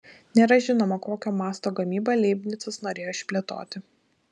nėra žinoma kokio masto gamybą leibnicas norėjo išplėtoti